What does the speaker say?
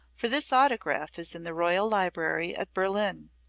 for this autograph is in the royal library at berlin.